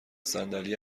صندلی